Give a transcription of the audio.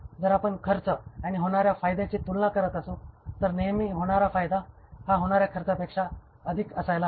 जर आपण खर्च आणि होणाऱ्या फायद्याची तुलना करत असू तर नेहमी होणार फायदा हा होणाऱ्या खर्चापेक्षा अधिक असायला हवा